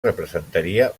representaria